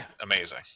amazing